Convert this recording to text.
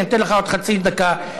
אתן לך עוד חצי דקה,